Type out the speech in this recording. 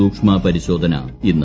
സൂക്ഷ്മ പരിശോധന ഇന്ന്